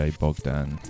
bogdan